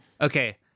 Okay